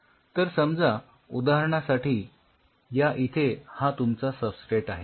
तर समजा उदाहरणासाठी या इथे हा तुमचा सबस्ट्रेट आहे